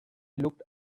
looked